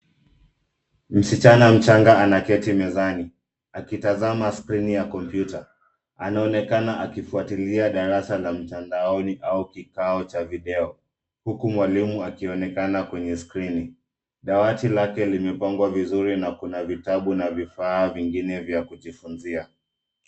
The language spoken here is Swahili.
Msichana mchanga anaketi mezani, akitazama skirini ya kompyuta. Anaonekana akifuatilia darasa la mtandaoni au kikao cha video, huku mwalimu akionekana kwenye skirini. Dawati lake limepangwa vizuri na kuna vitabu na vifaa vingine vya kujifunzia.